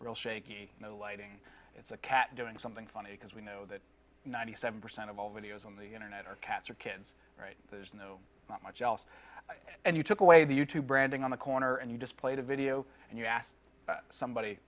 real shaky no lighting it's a cat doing something funny because we know that ninety seven percent of all videos on the internet are cats or kids right there's no not much else and you took away the you tube branding on the corner and you just played a video and you asked somebody